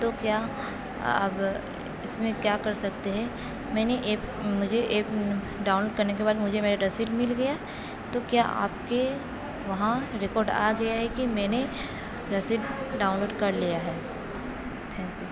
تو کیا اب اس میں کیا کر سکتے ہے میں نے ایپ مجھے ایپ ڈاؤن کرنے کے بعد مجھے میرا رسیپٹ مل گیا تو کیا آپ کے وہاں ریکارڈ آ گیا ہے کہ میں نے رسیپٹ ڈاؤن لوڈ کر لیا ہے تھینک یو